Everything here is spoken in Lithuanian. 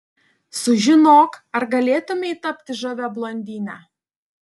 sužinok ar galėtumei tapti žavia blondine